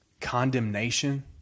condemnation